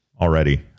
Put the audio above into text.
already